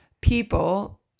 people